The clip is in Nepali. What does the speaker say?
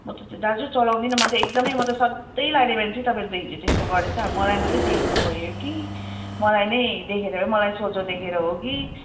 म त दाजु चलाउँदिनँ म त एकदमै म त सधैँ लाने मान्छे तपाईँले त हिजो यास्तो गरेछ अब मलाई मात्रै देख्नुभयो कि मलाई नै देखेर मलाई सोझो देखेर हो कि